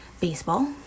baseball